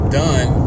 done